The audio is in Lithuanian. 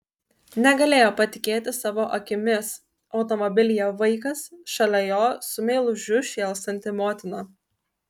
negalėjo patikėti savo akimis automobilyje vaikas šalia jo su meilužiu šėlstanti motina